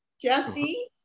Jesse